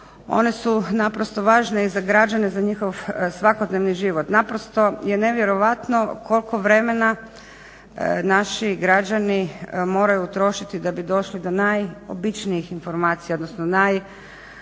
One su naprosto važne za građane, za njihov svakodnevni život, naprosto je nevjerojatno koliko vremena naši građani moraju utrošiti da bi došli do najobičnijih informacija, odnosno najpraktičnijih